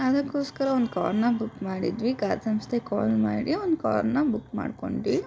ಅದಕ್ಕೋಸ್ಕರ ಒಂದು ಕಾರನ್ನ ಬುಕ್ ಮಾಡಿದ್ವಿ ಕಾರ್ ಸಂಸ್ಥೆ ಕಾಲ್ ಮಾಡಿ ಒಂದು ಕಾರನ್ನ ಬುಕ್ ಮಾಡಿಕೊಂಡ್ವಿ